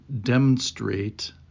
demonstrate